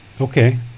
Okay